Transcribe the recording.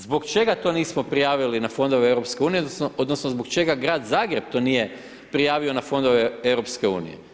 Zbog čega to nismo prijavili na fondove EU, odnosno zbog čega grad Zagreb to nije prijavio na fondove EU?